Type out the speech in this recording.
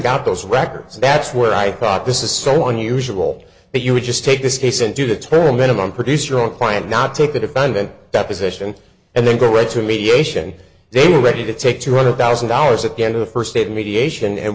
got those records that's where i thought this is so unusual that you would just take this case and do the turn minimum producer on the client not take the defendant deposition and then go right to mediation they were ready to take two hundred thousand dollars at the end of the first day of mediation and